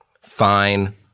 Fine